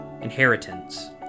inheritance